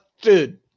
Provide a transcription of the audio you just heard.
Dude